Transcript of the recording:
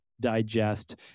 digest